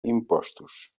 impostos